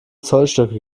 zollstöcke